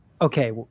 Okay